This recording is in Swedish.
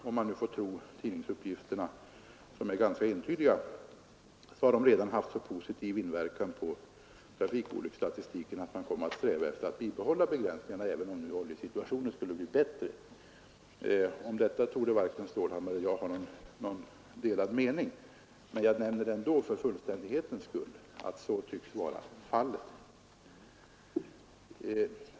Om man får tro tidningsuppgifterna, som varit ganska entydiga, har hastighetsbegränsningarna redan haft så positiv inverkan på trafikolycksstatistiken, att man kommer att sträva efter att bibehålla begränsningarna, även om oljesituationen skulle bli bättre. Om detta torde herr Stålhammar och jag inte ha några delade meningar, men för fullständighetens skull nämner jag ändå att så tycks vara fallet.